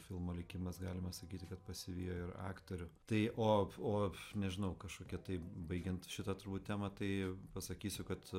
filmo likimas galima sakyti kad pasivijo ir aktorių tai o o nežinau kažkokia tai baigiant šitą turbūt temą tai pasakysiu kad